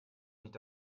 nicht